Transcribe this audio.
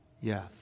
yes